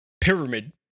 pyramid